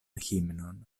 himnon